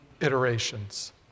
iterations